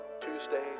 Tuesday